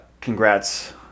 congrats